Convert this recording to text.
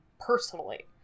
personally